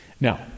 Now